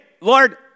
Lord